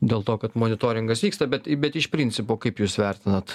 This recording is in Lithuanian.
dėl to kad monitoringas vyksta bet bet iš principo kaip jūs vertinat